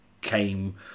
came